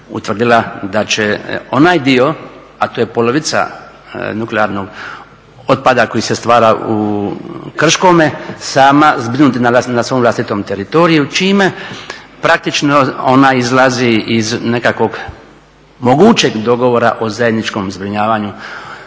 utvrdila da će onaj dio, a to je polovica nuklearnog otpada koji se stvara u Krškom sama zbrinuti na svom vlastitom teritoriju, čime praktično ona izlazi iz nekakvog mogućeg dogovora o zajedničkom zbrinjavanju